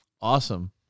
Awesome